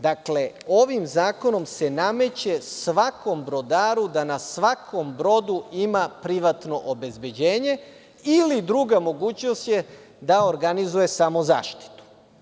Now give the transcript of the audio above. Dakle, ovim zakonom se nameće svakom brodaru da na svakom brodu ima privatno obezbeđenje ili druga mogućnost je da organizuje samozaštitu.